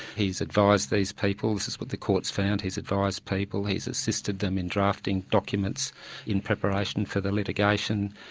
he's advised these people, this is what the courts found, he's advised people, he's assisted them in drafting documents in preparation for the litigation,